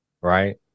Right